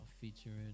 featuring